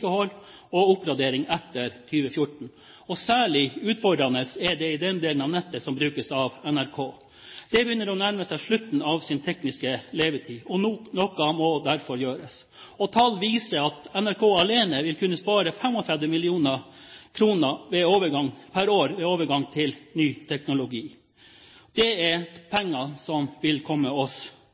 og oppgradering etter 2014. Særlig utfordrende er det i den delen av nettet som brukes av NRK. Det begynner å nærme seg slutten av sin tekniske levetid, og noe må derfor gjøres. Tall viser at NRK alene vil kunne spare 35 mill. kr per år ved overgang til ny teknologi. Det er penger som vil komme oss